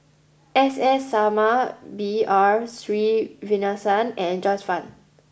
S S Sarma B R Sreenivasan and Joyce Fan